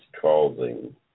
causing